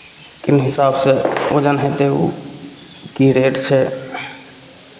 कोन हिसाबसँ वजन हेतै ओ की रेट छै